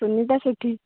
Sunita Sethi